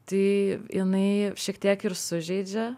tai jinai šiek tiek ir sužeidžia